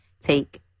take